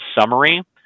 summary